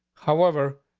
however,